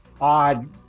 odd